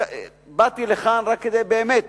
באתי לכאן רק כדי באמת